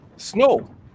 snow